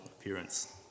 appearance